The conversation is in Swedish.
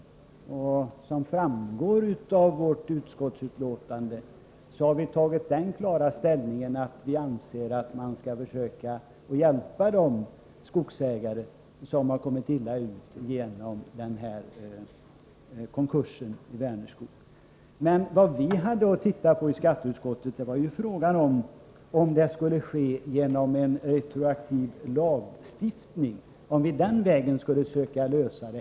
Som klart framgår av utskottsbetänkandet anser vi att man skall försöka hjälpa de skogsägare som råkat illa ut i samband med Vänerskogs konkurs. Vad vi hade att bedöma i utskottet var ju om vi skulle försöka lösa problemet genom retroaktiv lagstiftning.